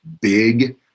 big